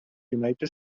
united